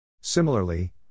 Similarly